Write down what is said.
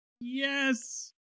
yes